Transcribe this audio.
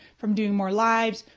from doing more lives,